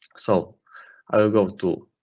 so i will go to